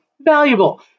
valuable